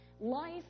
Life